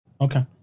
Okay